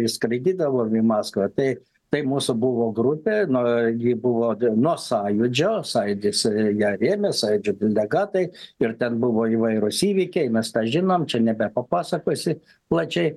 ir skraidydavau į maskvą tai tai mūsų buvo grupė nu ji buvo nuo sąjūdžio sąjūdis ją rėmė sąjūdžio delegatai ir ten buvo įvairūs įvykiai mes tą žinom čia nebepapasakosi plačiai